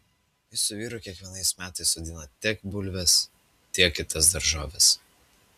ji su vyru kiekvienais metais sodina tek bulves tiek kitas daržoves